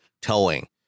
towing